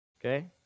Okay